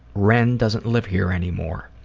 wren doesn't live here anymore.